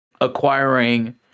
acquiring